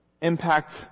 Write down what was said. impact